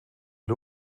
die